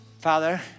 Father